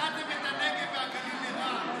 נתתם את הנגב והגליל לרע"מ.